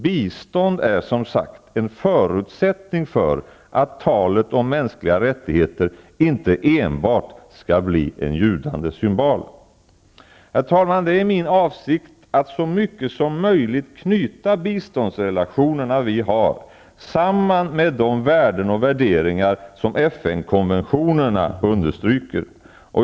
Bistånd är, som sagt, en förutsättning för att talet om mänskliga rättigheter inte enbart skall bli en ljudande cymbal. Herr talman! Det är min avsikt att så mycket som möjligt knyta samman de biståndsrelationer som vi har med de värden och värderingar som FN konventionerna understryker.